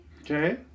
Okay